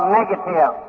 negative